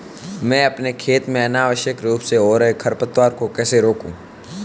मैं अपने खेत में अनावश्यक रूप से हो रहे खरपतवार को कैसे रोकूं?